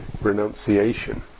renunciation